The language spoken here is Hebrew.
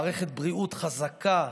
למערכת בריאות חזקה,